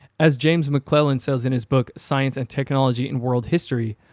as james mcclellan says in his book science and technology in world history,